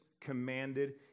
commanded